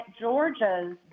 Georgia's